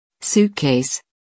Suitcase